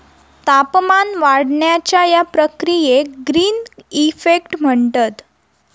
तापमान वाढण्याच्या या प्रक्रियेक ग्रीन इफेक्ट म्हणतत